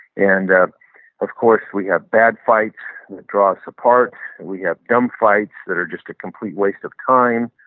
and of course, we have bad fights and that draw us apart and we have dumb fights that are just a complete waste of time.